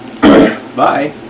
Bye